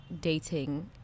dating